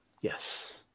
Yes